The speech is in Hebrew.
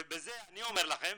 ובזה אני אומר לכם,